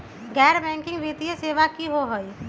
गैर बैकिंग वित्तीय सेवा की होअ हई?